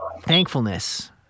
thankfulness